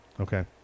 Okay